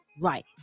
right